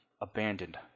abandoned